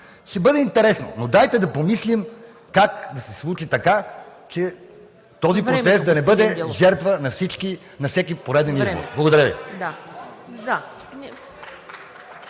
Ще бъде интересно, но дайте да помислим как да се случи така, че този процес да не бъде жертва на всеки пореден избор. Благодаря Ви.